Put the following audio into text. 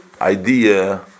idea